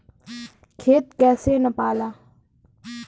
खेत कैसे नपाला?